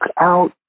out